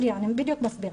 שניה, אני בדיוק מסבירה.